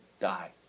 die